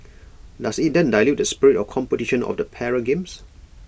does IT then dilute the spirit of competition of the para games